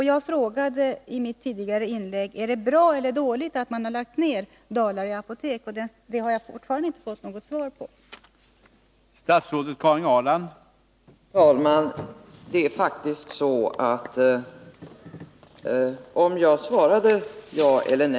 I mitt tidigare inlägg frågade jag: Är det bra eller dåligt att man har lagt ner Dalarö apotek? Jag har fortfarande inte fått något svar på den frågan.